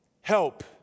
help